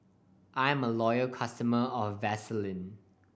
I'm a loyal customer of Vaselin